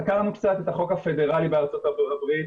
חקרנו קצת את החוק הפדרלי בארצות הברית,